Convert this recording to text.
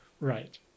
Right